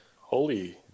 Holy